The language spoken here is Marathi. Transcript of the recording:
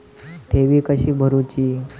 ठेवी कशी भरूची?